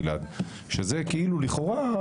שזה לכאורה,